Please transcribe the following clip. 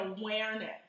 awareness